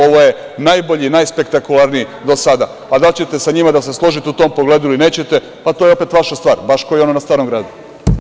Ovo je najbolji i najspektakularniji do sada, a da li ćete sa njima da se složite u tom pogledu ili nećete, to je opet vaša stvar baš kao i ona na Starom Gradu.